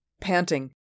panting